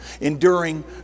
Enduring